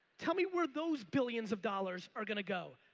tell me where those billions of dollars are gona go?